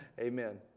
Amen